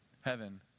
Heaven